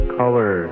color